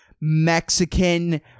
Mexican